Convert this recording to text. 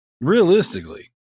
realistically